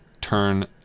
turn